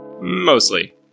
mostly